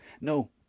No